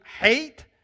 hate